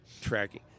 Tracking